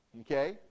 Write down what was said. Okay